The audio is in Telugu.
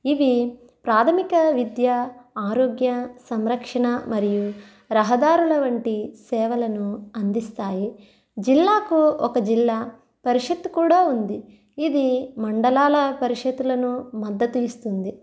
ఇవి ప్రాథమిక విద్య ఆరోగ్య సంరక్షణ మరియు రహదారుల వంటి సేవలను అందిస్తాయి జిల్లాకు ఒక జిల్లా పరిషత్ కూడా ఉంది ఇది మండలాల పరిషత్లను మద్దతు ఇస్తుంది